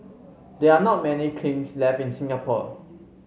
there are not many kilns left in Singapore